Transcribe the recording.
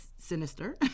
sinister